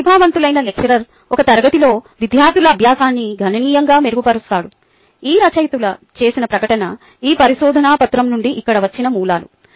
ప్రతిభావంతులైన లెక్చరర్ ఒక తరగతిలో విద్యార్థుల అభ్యాసాన్ని గణనీయంగా మెరుగుపరుస్తాడు ఈ రచయితలు చేసిన ప్రకటన ఈ పరిశోధనపత్రం నుండి ఇక్కడ ఇచ్చిన మూలాలు